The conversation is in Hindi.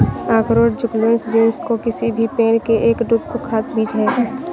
अखरोट जुगलन्स जीनस के किसी भी पेड़ के एक ड्रूप का खाद्य बीज है